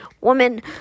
woman